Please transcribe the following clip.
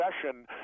session